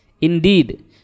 Indeed